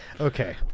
Okay